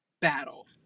battle